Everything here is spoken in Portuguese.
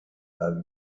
sabem